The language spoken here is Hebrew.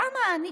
למה אני,